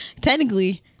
technically